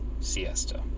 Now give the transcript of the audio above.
siesta